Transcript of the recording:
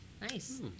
nice